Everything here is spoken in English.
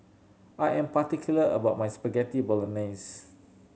I am particular about my Spaghetti Bolognese